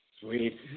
Sweet